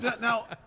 now